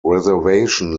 reservation